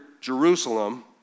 Jerusalem